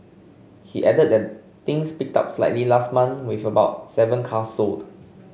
he added that things picked up slightly last month with about seven cars sold